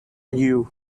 you